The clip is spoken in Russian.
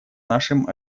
нашем